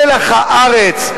מלח הארץ,